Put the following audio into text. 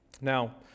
Now